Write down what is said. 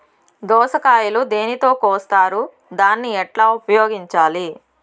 దోస కాయలు దేనితో కోస్తారు దాన్ని ఎట్లా ఉపయోగించాలి?